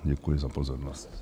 Děkuji za pozornost.